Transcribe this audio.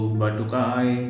batukai